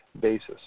basis